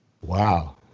Wow